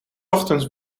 ochtends